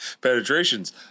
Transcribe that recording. Penetrations